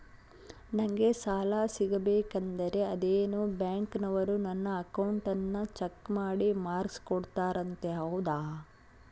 ನಂಗೆ ಸಾಲ ಸಿಗಬೇಕಂದರ ಅದೇನೋ ಬ್ಯಾಂಕನವರು ನನ್ನ ಅಕೌಂಟನ್ನ ಚೆಕ್ ಮಾಡಿ ಮಾರ್ಕ್ಸ್ ಕೋಡ್ತಾರಂತೆ ಹೌದಾ?